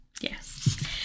yes